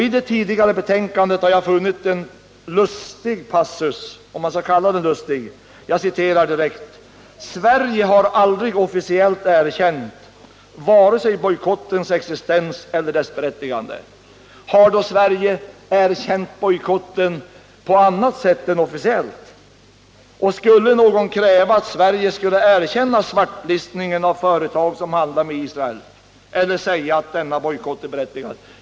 I det tidigare betänkandet har jag funnit en ”lustig” —-om man nu möjligen kan kalla den lustig — passus. Jag citerar: ”Sverige har aldrig officiellt erkänt vare sig bojkottens existens eller dess berättigande.” Har då Sverige erkänt bojkotten på annat sätt än officiellt? Och skulle någon kräva att Sverige skulle erkänna svartlistningen av svenska företag som handlar med Israel, eller säga att denna bojkott vore berättigad?